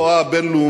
יום השואה הבין-לאומי